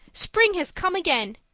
spring has come again!